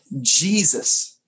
Jesus